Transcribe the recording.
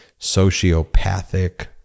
sociopathic